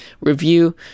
review